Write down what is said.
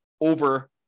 over